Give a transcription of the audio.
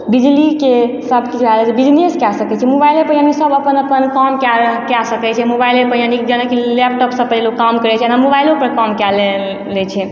बिजलीके सबके बिजलियेसँ कए सकय छियै मोबाइलेपर यानि सब अपन अपन काम कए रऽ कए सकय छै मोबाइलेपर यानि जेना कि लैपटॉप सबपर लोक काम करय छै एना मोबाइलोपर काम कए लै छै